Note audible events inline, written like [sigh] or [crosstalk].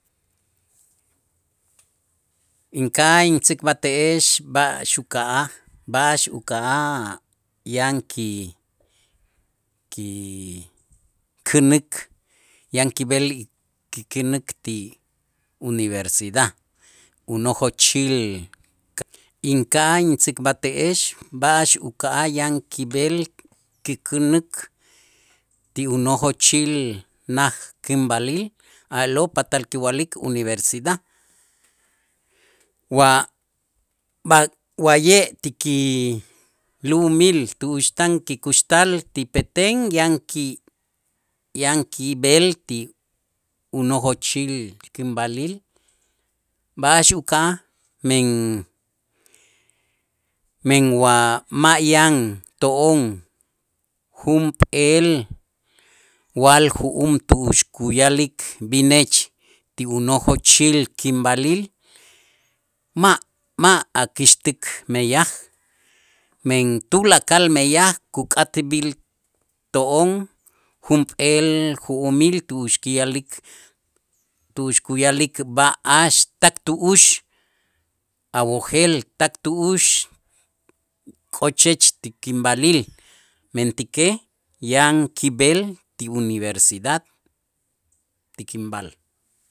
Inka'aj intzikb'alte'ex b'a'ax uka'aj ba'ax uka'aj yan ki- kikänäk yan kib'el känäk ti Universidad unojochil [noise] inka'aj intzikb'alte'ex b'a'ax uka'aj yan kib'el kikänäk ti unojochil naj känb'alil a'lo' patal kiwa'lik universidad wa b'a wa'ye' ti kilu'umil tu'ux tan kikuxtal ti Petén yan ki yan kib'el ti unojochil känb'alil b'a'ax uka'aj men men wa ma' yan to'on junp'eel waal ju'um tu'ux kuya'lik bineech ti unojochil kinb'alil ma' ma' akäxtik meyaj, men tulakal meyaj kuk'atb'il to'on junp'eel ju'umil tu'ux ki'a'lik, tu'ux kuya'lik b'a'ax tak tu'ux awojel tak tu'ux k'ocheech ti kinb'alil, mentäkej yan kib'el ti universidad ti kinb'al.